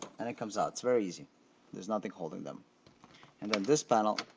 and it comes out it's very easy there's nothing holding them and then this panel.